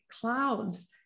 clouds